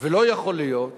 ולא יכול להיות